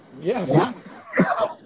Yes